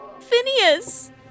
Phineas